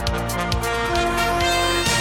הודעה למזכירת